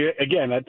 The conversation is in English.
Again